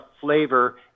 flavor